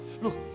look